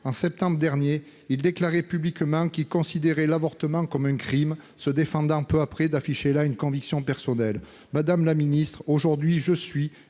en septembre dernier, il déclarait publiquement qu'il considérait l'avortement comme un crime, se défendant peu après d'afficher là une conviction personnelle.